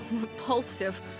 Repulsive